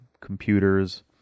computers